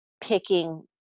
picking